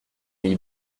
mit